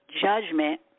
judgment